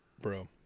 Bro